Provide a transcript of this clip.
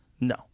No